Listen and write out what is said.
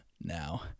now